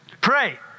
Pray